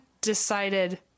decided